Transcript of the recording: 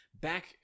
back